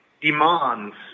demands